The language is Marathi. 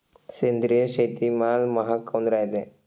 सेंद्रिय शेतीमाल महाग काऊन रायते?